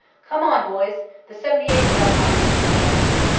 come on boys the seventy eighth. don't mind machine-guns!